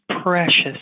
precious